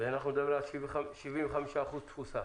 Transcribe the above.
ואנחנו מדברים על 75% תפוסה?